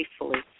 faithfully